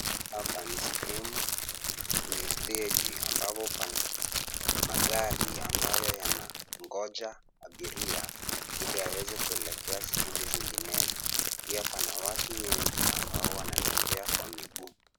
Hapa ni sehemu yenye steji ambapo pana magari ambayo yana ngoja abiria, ili aweze kuelekea sehemu zinginezo. Pia pana watu wengi ambao wanatembea kwa miguu.